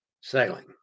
sailing